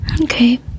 Okay